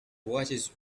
watches